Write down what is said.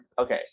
Okay